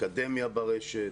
אקדמיה ברשת,